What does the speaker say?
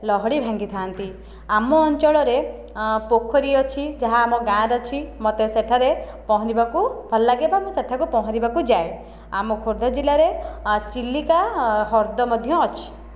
ଲହଡ଼ି ଭାଙ୍ଗି ଥାଆନ୍ତି ଆମ ଅଞ୍ଚଳରେ ପୋଖରୀ ଅଛି ଯାହା ଆମ ଗାଁରେ ଅଛି ମୋତେ ସେଠାରେ ପହଁରିବାକୁ ଭଲ ଲାଗେ ବା ମୁଁ ସେଠାକୁ ପହଁରିବାକୁ ଯାଏ ଆମ ଖୋର୍ଦ୍ଧା ଜିଲ୍ଲାରେ ଚିଲିକା ହ୍ରଦ ମଧ୍ୟ ଅଛି